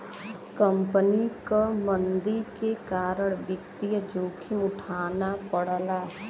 company क मंदी के कारण वित्तीय जोखिम उठाना पड़ला